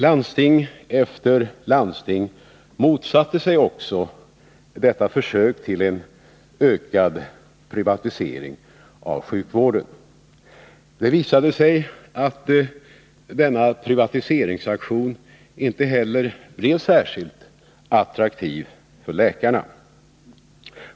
Landsting efter landsting motsatte sig också detta försök till en ökad privatisering av sjukvården. Det visade sig att denna privatiseringsaktion inte heller blev särskilt attraktiv för läkarna.